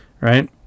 right